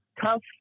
tough